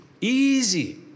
easy